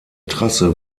trasse